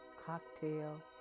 cocktail